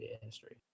history